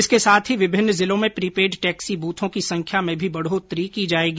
इसके साथ ही विभिन्न जिलों में प्रीपेड टैक्सी ब्रथों की संख्या में भी बढोतरी की जाएगी